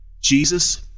Jesus